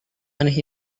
aneh